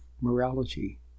morality